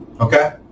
okay